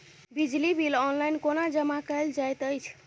बिजली bill online कोना जमा कएल जाइत अछि?